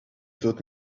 taught